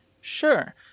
Sure